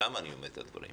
למה אני אומר את הדברים?